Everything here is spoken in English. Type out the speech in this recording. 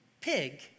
pig